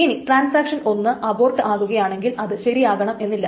ഇനി transaction 1 abort ആകുകയാണെങ്കിൽ അത് ശരിയാകണമെന്നില്ല